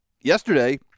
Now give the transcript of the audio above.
yesterday